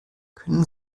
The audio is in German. können